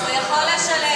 הוא יכול לשלם.